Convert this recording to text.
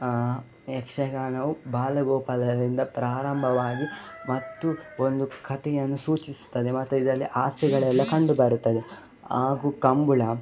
ಯಕ್ಷಗಾನವು ಬಾಲ ಗೋಪಾಲರಿಂದ ಪ್ರಾರಂಭವಾಗಿ ಮತ್ತು ಒಂದು ಕಥೆಯನ್ನು ಸೂಚಿಸುತ್ತದೆ ಮತ್ತು ಇದರಲ್ಲಿ ಹಾಸ್ಯಗಳೆಲ್ಲ ಕಂಡು ಬರುತ್ತದೆ ಹಾಗೂ ಕಂಬಳ